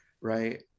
right